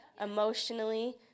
emotionally